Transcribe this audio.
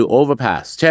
overpass